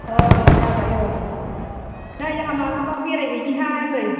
औ जाबाय औ नै जोंहा मालाबा बेराय हैनिहाय फै